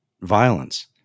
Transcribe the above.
violence